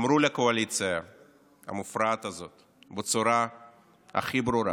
אמרו לקואליציה המופרעת הזאת בצורה הכי ברורה